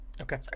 Okay